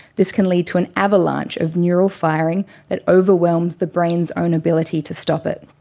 this can lead to an avalanche of neural firing that overwhelms the brain's own ability to stop it.